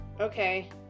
Okay